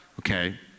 okay